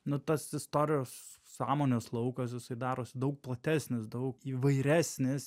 nu tas istorijos sąmonės laukas jisai darosi daug platesnis daug įvairesnis